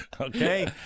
Okay